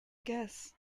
guess